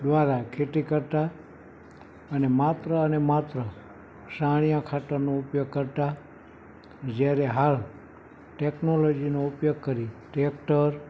દ્વારા ખેતી કરતા અને માત્ર અને માત્ર છાણીયા ખાતરનો ઉપયોગ કરતા જ્યારે હાલ ટેક્નોલોજીનો ઉપયોગ કરી ટ્રેક્ટર